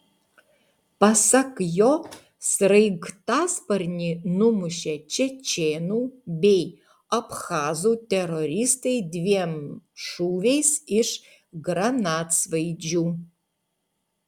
pasak jo sraigtasparnį numušė čečėnų bei abchazų teroristai dviem šūviais iš granatsvaidžių